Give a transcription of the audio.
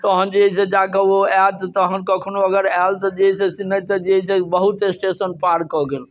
तहन जे है से जाके ओ एतऽ तहन कखनो अगर अयल तऽ जे है से नहि तऽ जे है से बहुत स्टेशन पार कऽ गेल